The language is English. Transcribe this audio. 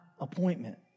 appointment